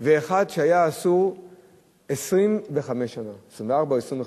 ואחד שהיה אסור 24 או 25 שנה.